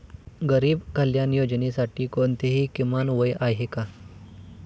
गरीब कल्याण योजनेसाठी कोणतेही किमान वय आहे का?